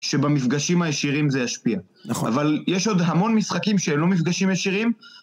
שבמפגשים הישירים זה ישפיע. נכון. אבל יש עוד המון משחקים שהם לא מפגשים ישירים.